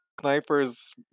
snipers